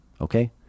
okay